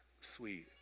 Sweet